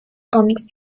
cómics